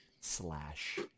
slash